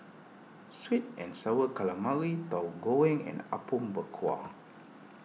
Sweet and Sour Calamari Tahu Goreng and Apom Berkuah